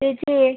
ചേച്ചിയേ